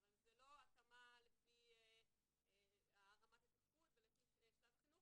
אבל זו לא התאמה לפי רמת התפקוד ולפי שלב החינוך